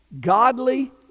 Godly